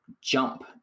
jump